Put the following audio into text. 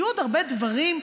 יהיו עוד הרבה דברים.